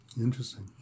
Interesting